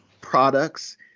products